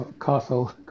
castle